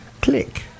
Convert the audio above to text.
Click